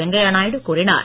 வெங்கையா நாயுடு கூறினார்